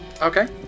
Okay